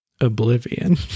Oblivion